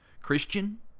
Christian